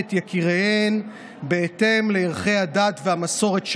את יקיריהן בהתאם לערכי הדת והמסורת שלהן.